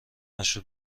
مشروب